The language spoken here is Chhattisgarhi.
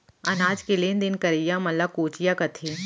अनाज के लेन देन करइया मन ल कोंचिया कथें